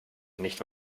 nicht